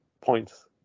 points